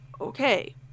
Okay